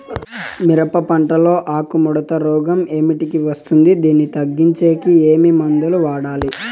మిరప పంట లో ఆకు ముడత రోగం ఏమిటికి వస్తుంది, దీన్ని తగ్గించేకి ఏమి మందులు వాడాలి?